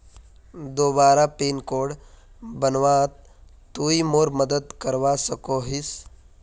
दोबारा pin code बनवात तुई मोर मदद करवा सकोहिस?